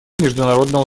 международного